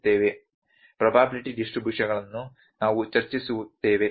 probability ಡಿಸ್ಟ್ರಬ್ಯೂಶನಗಳನ್ನು ನಾವು ಚರ್ಚಿಸುತ್ತೇವೆ